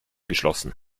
geschlossen